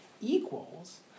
equals